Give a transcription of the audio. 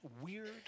weird